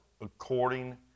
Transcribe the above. according